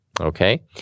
okay